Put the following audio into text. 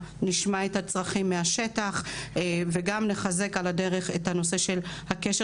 נשמע את הצרכים משטח וגם נחזק על הדרך את הנושא של הקשר